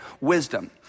wisdom